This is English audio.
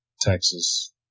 Texas